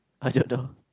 I don't know